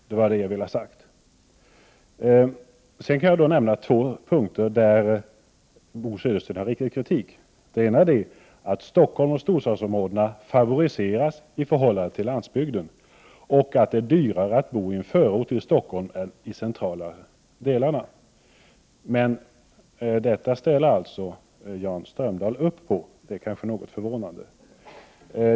Det var alltså det jag ville ha sagt. Bo Södersten har riktat kritik mot bostadspolitiken på bl.a. följande två områden: Stockholm och storstadsområdena favoriseras i förhållande till landsbygden, och det är dyrare att bo i en förort till Stockholm än i stadens centrala delar. Men dessa förhållanden stöder Jan Strömdahl. Det är kanske något förvånande!